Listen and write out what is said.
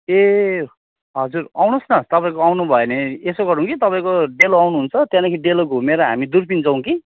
ए हजुर आउनुहोस् न तपाईँको आउनु भयो भने यसो गरौँ कि तपाईँको डेलो आउनुहुन्छ त्यहाँदेखि डेलो घुमेर हामी दुर्पिन जाउँ कि